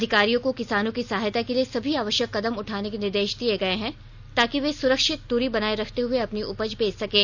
अधिकारियों को किसानों की सहायता के लिए सभी आवश्यक कदम उठाने के निर्देश दिए गए हैं ताकि वे सुरक्षित दूरी बनाए रखते हुए अपनी उपज बेच सकें